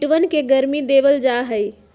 कीटवन के गर्मी देवल जाहई